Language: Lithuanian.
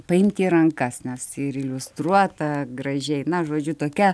paimti į rankas nes ir iliustruota gražiai na žodžiu tokia